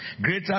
Greater